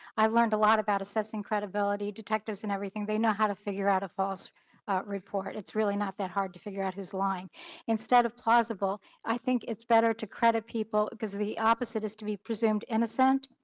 i learned a lot about assessing credibility detectors and everything, they know how to figure out a false report, it's really not that hard to figure out who's lying instead of plausible, i think it's better to credit people because the opposite is to be presumed innocent.